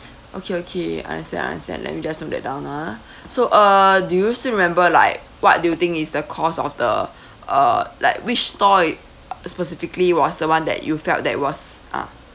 okay okay understand understand let me just note that down ah so uh do you still remember like what do you think is the cost of the uh like which store y~ specifically was the one that you felt that was ah